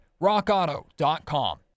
rockauto.com